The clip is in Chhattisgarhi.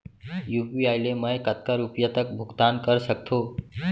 यू.पी.आई ले मैं कतका रुपिया तक भुगतान कर सकथों